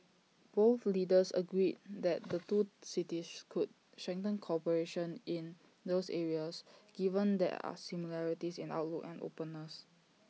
both leaders agreed that the two cities could strengthen cooperation in those areas given their are similarities in outlook and openness